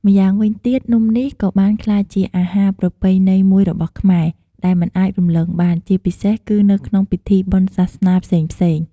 ម្យ៉ាងវិញទៀត នំនេះក៏បានក្លាយជាអាហារប្រពៃណីមួយរបស់ខ្មែរ ដែលមិនអាចរំលងបាន ជាពិសេសគឺនៅក្នុងពិធីបុណ្យសាសនាផ្សេងៗ។